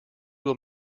will